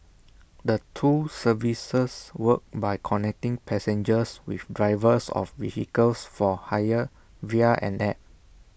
the two services work by connecting passengers with drivers of vehicles for hire via an app